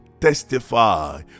testify